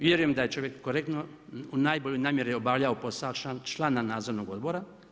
Vjerujem da je čovjek korektno, u najbolji namjeri obavljao, posao, člana nadzornog odbora.